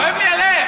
כואב לי הלב.